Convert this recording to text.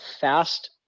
fast